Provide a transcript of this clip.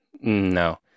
No